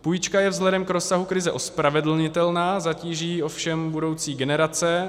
Půjčka je vzhledem k rozsahu krize ospravedlnitelná, zatíží ovšem budoucí generace.